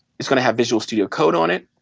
it's going to have visual studio code on it,